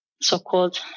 so-called